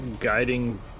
Guiding